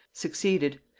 succeeded,